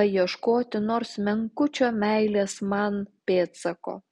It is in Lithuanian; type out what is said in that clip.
paieškoti nors menkučio meilės man pėdsako